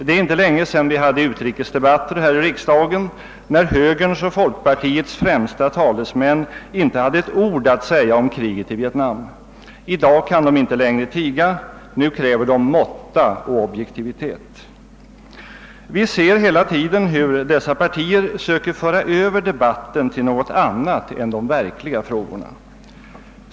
Det är inte länge sedan vi hade utrikesdebatter här i riksdagen när högerns och folkpartiets främsta talesmän inte hade ett ord att säga om kriget i Vietnam. I dag kan de inte längre tiga; nu kräver de måtta och objektivitet. Vi ser hela tiden hur dessa partier försöker föra över debatten till något annat än de verkliga frågorna.